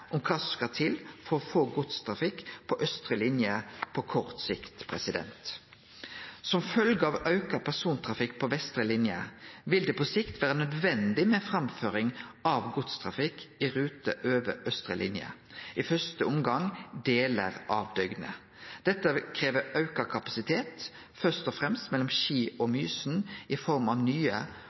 om kva som skal til for å få godstrafikk på austre linje på kort sikt. Som følgje av auka persontrafikk på vestre linje vil det på sikt vere nødvendig med framføring av godstrafikk i rute over austre linje, i første omgang i delar av døgnet. Dette krev auka kapasitet, først og fremst mellom Ski og Mysen, i form av nye